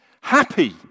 Happy